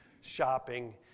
shopping